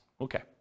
Okay